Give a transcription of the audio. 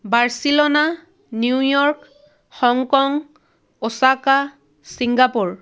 Barcelona New York Hong Kong Osaka Singapore